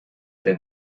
der